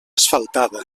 asfaltada